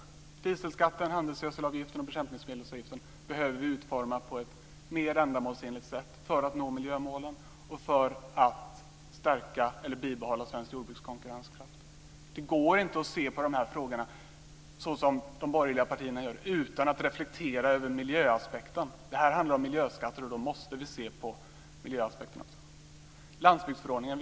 Vi behöver utforma dieselskatten, handelsgödselavgiften och bekämpningsmedelsavgiften på ett mer ändamålsenligt sätt för att nå miljömålen och för att bibehålla eller stärka svenskt jordbruks konkurrenskraft. Det går inte att se på de här frågorna som de borgerliga partierna gör: utan att reflektera över miljöaspekten. Det här handlar om miljöskatter, och då måste vi se på miljöaspekterna också. Sedan gällde det landsbygdsförordningen.